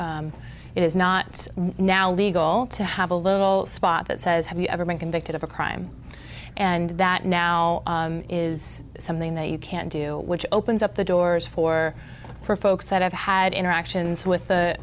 it is not now legal to have a little spot that says have you ever been convicted of a crime and that now is something that you can do which opens up the doors for for folks that have had interactions with